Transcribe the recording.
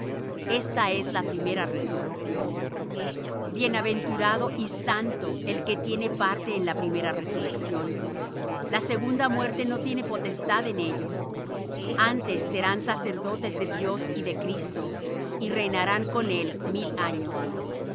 esta es la primera resurrección bienaventurado y santo el que tiene parte en la primera resurrección la segunda muerte no tiene potestad en éstos antes serán sacerdotes de dios y de cristo y reinarán con él mil años